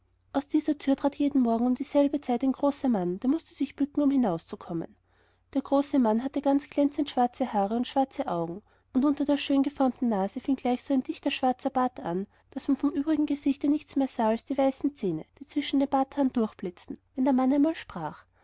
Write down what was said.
aus dieser tür trat jeden morgen um dieselbe zeit ein großer mann der mußte sich bücken um hinauszukommen der große mann hatte ganz glänzend schwarze haare und schwarze augen und unter der schön geformten nase fing gleich ein so dichter schwarzer bart an daß man vom übrigen gesichte nichts mehr sah als die weißen zähne die zwischen den barthaaren durchblitzten wenn der mann einmal sprach